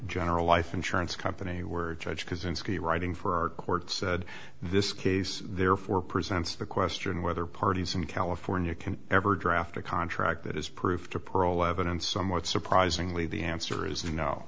general life insurance company were judge kozinski writing for our courts said this case therefore presents the question whether parties in california can ever draft a contract that is proof to pearl evidence somewhat surprisingly the answer is